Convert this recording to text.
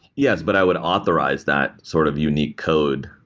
yes, but i would authorize that sort of unique code.